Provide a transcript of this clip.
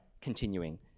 continuing